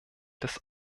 des